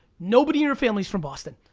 nobody in your family's from boston.